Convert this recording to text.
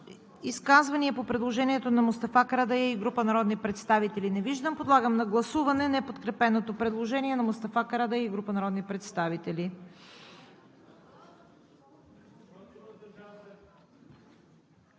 Изказвания по предложението на Мустафа Карадайъ и група народни представители? Не виждам. Подлагам на гласуване неподкрепеното предложение на Мустафа Карадайъ и група народни представители.